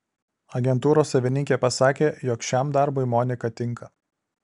agentūros savininkė pasakė jog šiam darbui monika tinka